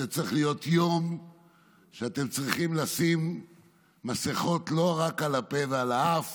זה צריך להיות יום שאתם צריכים לשים מסכות לא רק על הפה ועל האף